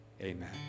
Amen